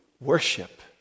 Worship